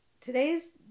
today's